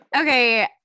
okay